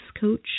coach